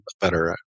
better